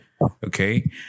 Okay